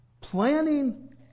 Planning